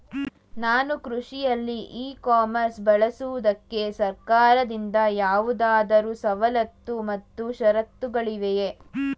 ನಾನು ಕೃಷಿಯಲ್ಲಿ e commerce ಬಳಸುವುದಕ್ಕೆ ಸರ್ಕಾರದಿಂದ ಯಾವುದಾದರು ಸವಲತ್ತು ಮತ್ತು ಷರತ್ತುಗಳಿವೆಯೇ?